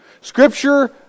Scripture